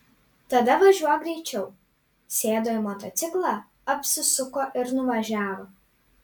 tada važiuok greičiau sėdo į motociklą apsisuko ir nuvažiavo